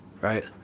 right